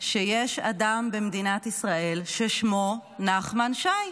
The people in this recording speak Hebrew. שיש אדם במדינת ישראל ששמו נחמן שי?